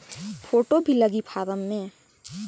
Photo भी लगी form मे?